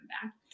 comeback